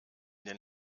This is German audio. den